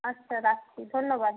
আচ্ছা রাখছি ধন্যবাদ